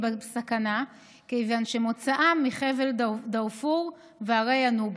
בסכנה כיוון שמוצאם מחבל דארפור והרי הנובה,